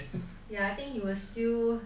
yeah I think you were still